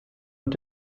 und